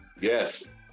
Yes